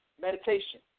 Meditation